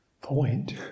point